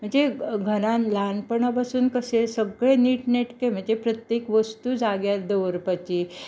म्हणजे घरांत ल्हानपणा पासून कशें सगळें नीट नेटके म्हणजे प्रत्येक वस्तु जाग्यार दवरपाची